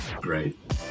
great